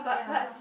yeah